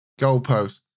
Goalpost